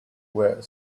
where